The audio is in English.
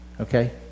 okay